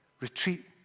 Retreat